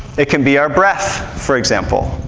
it can be our breath, for example.